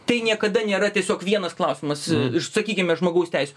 tai niekada nėra tiesiog vienas klausimas iš sakykime žmogaus teisių